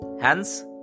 Hence